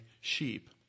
sheep